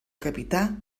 capità